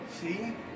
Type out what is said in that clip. see